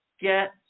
get